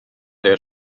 their